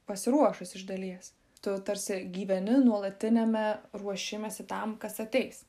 pasiruošus iš dalies tu tarsi gyveni nuolatiniame ruošimesi tam kas ateis